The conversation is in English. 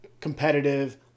competitive